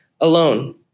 alone